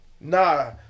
Nah